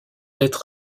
être